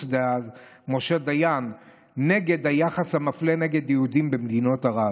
דאז משה דיין נגד היחס המפלה נגד יהודים במדינות ערב.